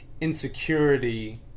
insecurity